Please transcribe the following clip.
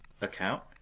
account